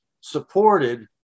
supported